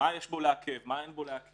מה יש בו לעכב, מה אין בו לעכב.